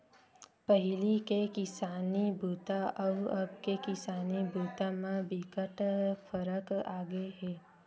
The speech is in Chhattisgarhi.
पहिली के किसानी बूता अउ अब के किसानी बूता म बिकट फरक आगे हे